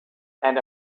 and